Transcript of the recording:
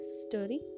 story